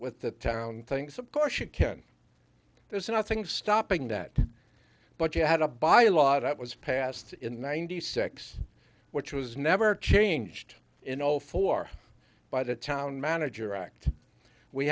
with the town things of course you can there's nothing stopping that but you had a buy a lot of it was passed in ninety six which was never changed in zero four by the town manager act we